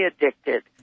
addicted